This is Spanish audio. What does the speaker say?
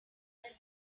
del